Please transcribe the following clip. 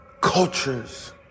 cultures